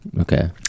okay